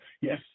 yes